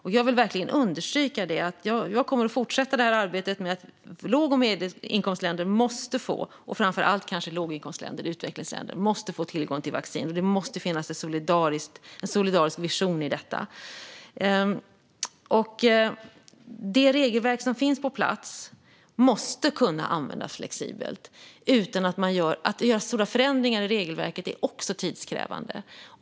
Jag vill verkligen understryka att jag kommer att fortsätta arbetet med att låg och medelinkomstländer måste få tillgång till vaccin. Det gäller kanske framför allt låginkomstländer och utvecklingsländer. Det måste finnas en solidarisk vision i detta. Det regelverk som finns på plats måste kunna användas flexibelt utan att man gör stora förändringar i regelverket, för det är också tidskrävande.